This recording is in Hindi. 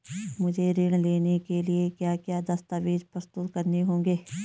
मुझे ऋण लेने के लिए क्या क्या दस्तावेज़ प्रस्तुत करने होंगे?